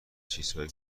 چیزهایی